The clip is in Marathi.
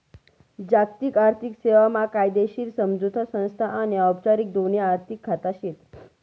जागतिक आर्थिक सेवा मा कायदेशीर समझोता संस्था आनी औपचारिक दोन्ही आर्थिक खाचा शेत